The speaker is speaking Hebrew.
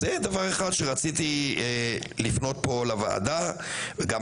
זה דבר אחד שרציתי לפנות פה לוועדה וגם